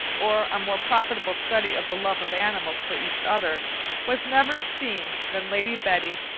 or a more profitable study of the love of animals for each other was never seen than lady betty,